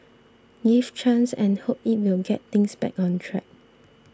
give chance and hope it will get things back on track